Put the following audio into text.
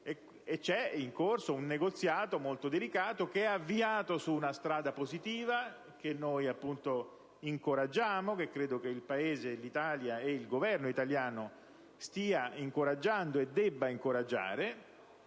È in corso un negoziato molto delicato che è avviato su una strada positiva, che noi incoraggiamo, che credo che il Paese, l'Italia, il Governo italiano stia incoraggiando e debba incoraggiare.